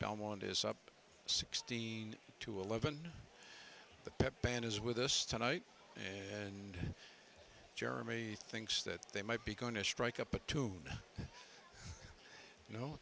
belmont is up sixteen to eleven the pep band is with us tonight and jeremy thinks that they might be going to strike up a tune you know